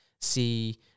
see